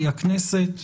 היא הכנסת.